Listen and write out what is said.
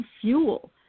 fuel